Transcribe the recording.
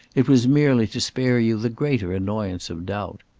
it was merely to spare you the greater annoyance of doubt.